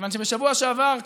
מכיוון שבשבוע שעבר,